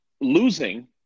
losing